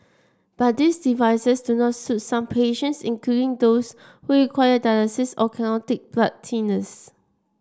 but these devices do not suit some patients including those who require dialysis or cannot take blood thinners